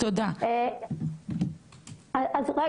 ברגע